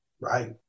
right